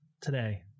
today